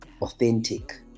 authentic